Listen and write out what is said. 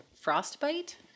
frostbite